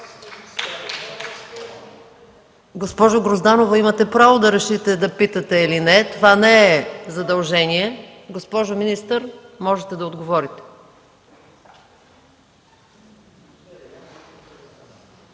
Госпожо Грозданова, имате право да решите да питате или не, това не е задължение. Госпожо министър, можете да отговорите.